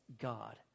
God